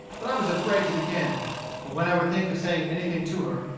but i was afraid to begin for when i would think of saying anything to her,